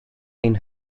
ein